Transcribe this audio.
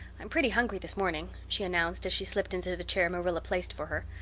i'm pretty hungry this morning, she announced as she slipped into the chair marilla placed for her.